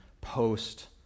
post